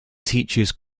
teaches